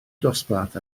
dosbarth